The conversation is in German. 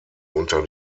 unter